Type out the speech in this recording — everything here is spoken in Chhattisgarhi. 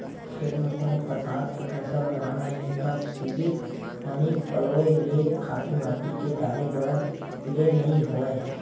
खेत म कोनो परकार के फसल लगाना हे त सिरिफ पानी पलोय ले, खातू माटी के डारे भर ले नइ होवय